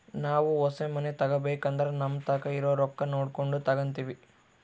ನಾವು ಹೊಸ ಮನೆ ತಗಬೇಕಂದ್ರ ನಮತಾಕ ಇರೊ ರೊಕ್ಕ ನೋಡಕೊಂಡು ತಗಂತಿವಿ